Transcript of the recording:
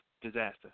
disaster